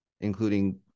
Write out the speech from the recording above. including